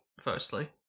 firstly